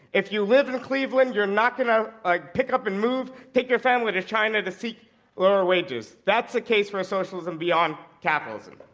if you live in cleveland, you're not going to ah pick up and move, take your family to china to seek lower wages. that's a case for socialism beyond capitalism.